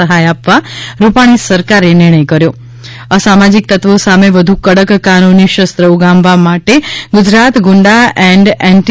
સહાય આપવા રૂપાણી સરકારે નિર્ણય કર્યો અસામાજિક તત્વો સામે વધુ કડક કાનૂની શસ્ત્ર ઉગામવા માટે ગુજરાત ગુંડા એન્ડ એન્ટી